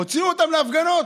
הוציאו אותם להפגנות.